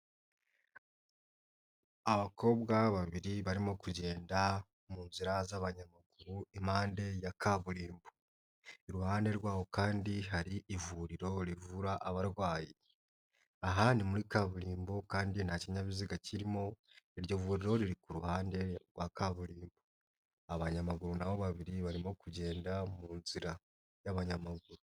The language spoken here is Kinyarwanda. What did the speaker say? Abakobwa babiri barimo kugenda mu nzira z'abanyamaguru impande ya kaburimbo, iruhande rw'aho kandi hari ivuriro rivura abarwayi, aha ni muri kaburimbo kandi nta kinyabiziga kirimo iryo vuriro riri ku ruhande rwa kaburimbo, abanyamaguru na bo babiri barimo kugenda mu nzira y'abanyamaguru.